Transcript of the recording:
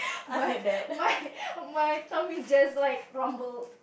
my my my tummy just like rumbled